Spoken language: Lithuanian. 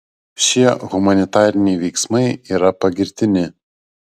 šie humanitariniai veiksmai yra pagirtini